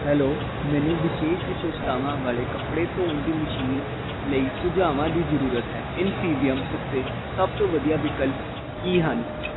hello ਮੈਨੂੰ ਵਿਸ਼ੇਸ਼ ਵਿਸ਼ੇਸ਼ਤਾਵਾਂ ਵਾਲੇ ਕੱਪੜੇ ਧੋਣ ਦੀ ਮਸ਼ੀਨ ਲਈ ਸੁਝਾਵਾਂ ਦੀ ਜ਼ਰੂਰਤ ਹੈ ਇਨਫੀਬੀਮ ਉੱਤੇ ਸਭ ਤੋਂ ਵਧੀਆ ਵਿਕਲਪ ਕੀ ਹਨ